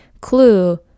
clue